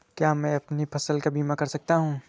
क्या मैं अपनी फसल का बीमा कर सकता हूँ?